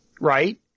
Right